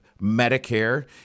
Medicare